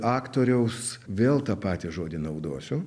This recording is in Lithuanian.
aktoriaus vėl tą patį žodį naudosiu